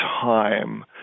time